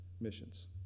missions